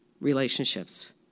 relationships